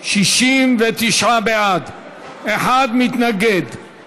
שעות עבודה ומנוחה (תיקון,